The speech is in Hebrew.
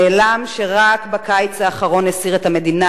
נעלם שרק בקיץ האחרון הסעיר את המדינה